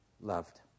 loved